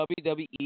WWE